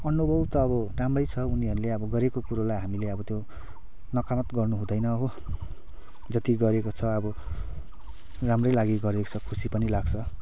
अनुभव त अब राम्रै छ उनीहरूले अब गरेको कुरालाई हामीले अब त्यो नकारात्मक गर्नु हुँदैन हो जति गरेको छ अब राम्रै लागि गरेको छ खुसी पनि लाग्छ